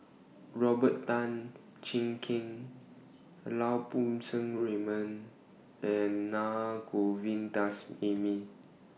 Robert Tan Jee Keng Lau Poo Seng Raymond and Naa Govindasamy